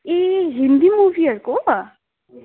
ए Hindi मुभिहरूको